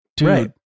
right